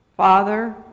Father